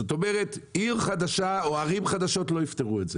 זאת אומרת עיר חדשה או ערים חדשות לא יפתרו את זה.